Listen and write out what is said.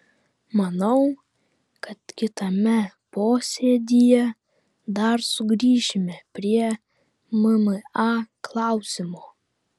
manau kad kitame posėdyje dar sugrįšime prie mma klausimo